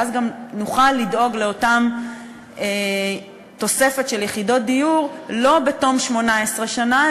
ואז גם נוכל לדאוג לאותה תוספת של יחידות דיור לא בתום 18 שנה,